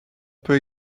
peut